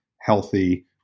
healthy